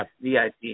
VIP